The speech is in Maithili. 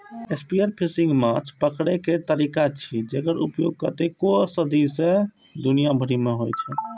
स्पीयरफिशिंग माछ पकड़ै के तरीका छियै, जेकर उपयोग कतेको सदी सं दुनिया भरि मे होइ छै